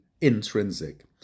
intrinsic